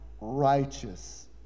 righteous